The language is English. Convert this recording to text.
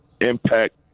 Impact